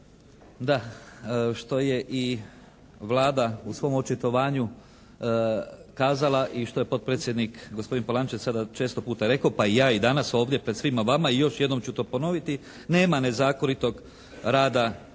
da što je i Vlada u svom očitovanju kazala i što je potpredsjednik gospodin Polančec sada često puta rekao pa ja i danas ovdje pred svima vama i još jednom ću to ponoviti nema nezakonitog rada